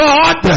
God